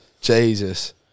Jesus